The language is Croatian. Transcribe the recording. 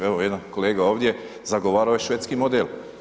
Evo jedan kolega ovdje zagovarao je švedski model.